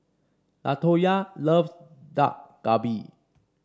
Latoya loves Dak Galbi